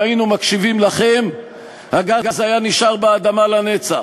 אם היינו מקשיבים לכם הגז היה נשאר באדמה לנצח.